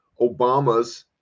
Obama's